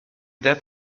that